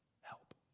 help